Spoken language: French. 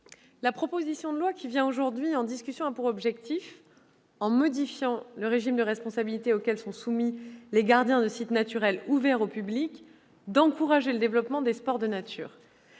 la proposition de loi qui vient aujourd'hui en discussion a pour objectif, en modifiant le régime de responsabilité auquel sont soumis les gardiens de sites naturels ouverts au public, d'encourager le développement des sports de nature,